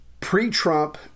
Pre-Trump